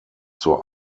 zur